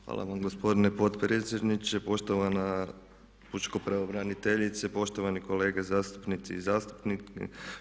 Hvala vam gospodine potpredsjedniče, poštovana pučka pravobraniteljice, poštovani kolege zastupnice i zastupnici.